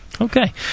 Okay